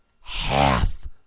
half